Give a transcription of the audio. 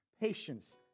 patience